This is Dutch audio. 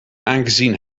aangezien